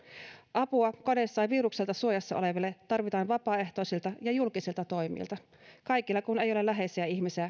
apua kodeissaan virukselta suojassa oleville tarvitaan vapaaehtoisilta ja julkisilta toimijoilta kaikilla kun ei ole läheisiä ihmisiä